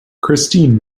christine